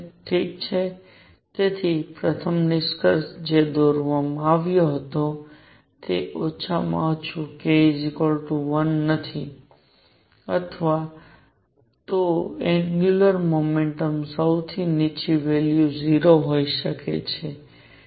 ઠીક છે તેથી પ્રથમ નિષ્કર્ષ જે દોરવવામાં આવ્યો હતો તે ઓછામાં ઓછું k 1 નથી અથવા તો એંગ્યુલર મોમેન્ટમ સૌથી નીચી વેલ્યુ 0 હોઈ શકે છે